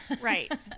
Right